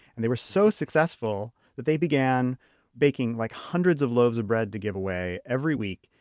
and they were so successful that they began baking like hundreds of loaves of bread to give away every week.